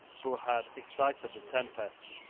who had excited the tempest,